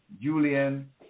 Julian